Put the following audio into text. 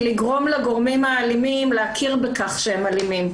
לגרום לגורמים האלימים להכיר בכך שהם אלימים.